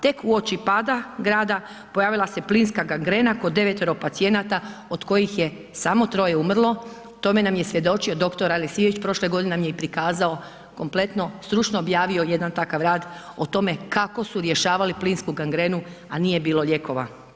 Tek uoči pada grada pojavila se plinska gangrena kod 9-ero pacijenata, od kojih je samo 3-je umrlo, tome nam je svjedočio dr. Aleksijević, prošle godine nam je i prikazao kompletno, stručno objavio jedan takav rad o tome kako su rješavali plinsku gangrenu, a nije bilo lijekova.